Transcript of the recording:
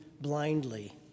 blindly